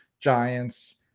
Giants